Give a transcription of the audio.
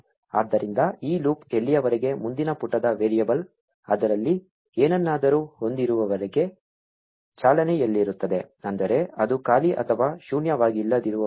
ಆದ್ದರಿಂದ ಈ ಲೂಪ್ ಎಲ್ಲಿಯವರೆಗೆ ಮುಂದಿನ ಪುಟದ ವೇರಿಯಬಲ್ ಅದರಲ್ಲಿ ಏನನ್ನಾದರೂ ಹೊಂದಿರುವವರೆಗೆ ಚಾಲನೆಯಲ್ಲಿರುತ್ತದೆ ಅಂದರೆ ಅದು ಖಾಲಿ ಅಥವಾ ಶೂನ್ಯವಾಗಿಲ್ಲದಿರುವವರೆಗೆ